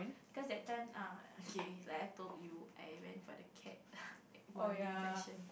cause that time ah okay like I told you I went for the camp bonding session